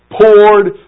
poured